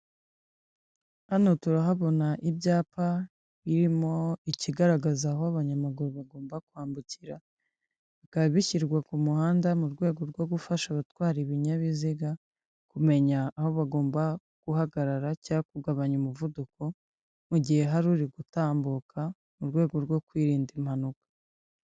Hano turahabona ibyapa birimo ikigaragaza aho abanyamaguru bagomba kwambukira, bikaba bishyirwa ku muhanda mu rwego rwo gufasha abatwara ibinyabiziga kumenya aho bagomba guhagarara cyangwa kugabanya umuvuduko mu gihe hari uri gutambuka, mu rwego rwo kwirinda impanuka.